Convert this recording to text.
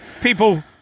People